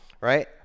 right